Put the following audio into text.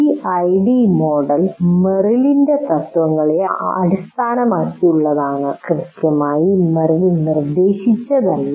ഈ ID model മെറിലിന്റെ തത്വങ്ങളെ അടിസ്ഥാനമാക്കിയുള്ളതാണ് കൃത്യമായി മെറിൽ നിർദ്ദേശിച്ചത് അല്ല